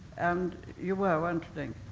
and you were, weren't